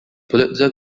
pulitzer